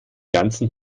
ganzen